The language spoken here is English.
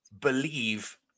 believe